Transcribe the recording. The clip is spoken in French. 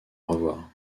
revoir